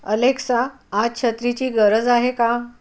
Alexa आज छत्रीची गरज आहे का